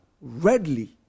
readily